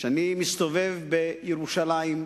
כשאני מסתובב בירושלים,